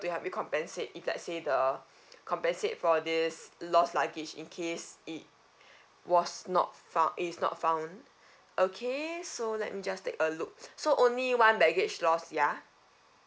to help you compensate if let say the compensate for this lost luggage in case it was not found is not found okay so let me just take a look so only one baggage loss ya